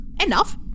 Enough